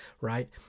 Right